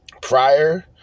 prior